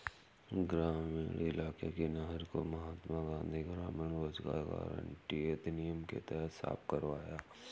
ग्रामीण इलाके की नहर को महात्मा गांधी ग्रामीण रोजगार गारंटी अधिनियम के तहत साफ करवाया